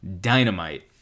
Dynamite